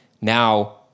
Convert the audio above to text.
Now